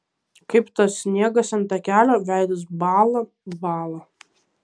kaip tas sniegas ant takelio veidas bąla bąla